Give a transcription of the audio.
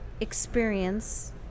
experience